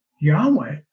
Yahweh